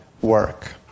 work